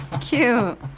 Cute